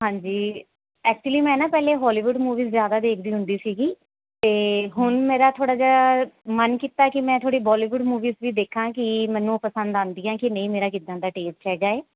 ਹਾਂਜੀ ਐਕਚੁਲੀ ਮੈਂ ਨਾ ਪਹਿਲੇ ਹੋਲੀਵੁੱਡ ਮੂਵੀਜ਼ ਜ਼ਿਆਦਾ ਦੇਖਦੀ ਹੁੰਦੀ ਸੀਗੀ ਅਤੇ ਹੁਣ ਮੇਰਾ ਥੋੜ੍ਹਾ ਜਿਹਾ ਮਨ ਕੀਤਾ ਹੈ ਕਿ ਮੈਂ ਥੋੜ੍ਹੀ ਬੋਲੀਵੁੱਡ ਮੂਵੀਜ਼ ਵੀ ਦੇਖਾਂ ਕਿ ਮੈਨੂੰ ਪਸੰਦ ਆਉਂਦੀਆਂ ਕਿ ਨਹੀਂ ਮੇਰਾ ਕਿੱਦਾਂ ਦਾ ਟੇਸਟ ਹੈਗਾ ਹੈ